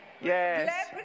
Yes